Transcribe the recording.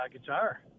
Guitar